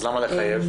אז למה לחייב?